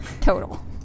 total